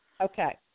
Okay